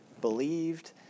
believed